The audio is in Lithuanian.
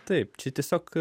taip čia tiesiog